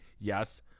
Yes